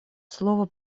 слово